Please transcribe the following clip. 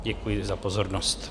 Děkuji za pozornost.